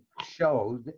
showed